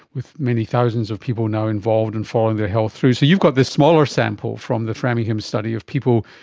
with many thousands of people now involved and following their health through. so you've got this smaller sample from the framingham study of people,